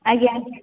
ଆଜ୍ଞା